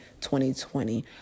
2020